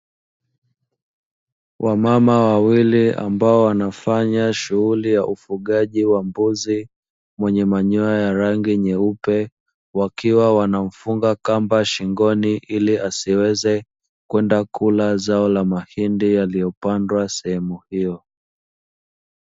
Wamama wawili ambao wanafanya shughuli ya ufugaji wa mbuzi, mwenye manyoya ya rangi nyeupe, wakiwa wanamfunga kamba shingoni ili asiweze kwenda kula zao la mahindi yaliyopandwa sehemu hiyo.